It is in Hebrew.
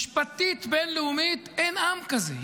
משפטית בין-לאומית אין עם כזה.